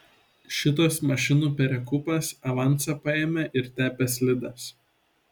šitas mašinų perekūpas avansą paėmė ir tepė slides